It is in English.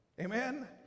Amen